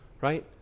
Right